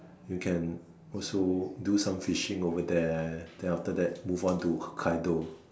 you can also do some fishing over there then after that move on to Hokkaido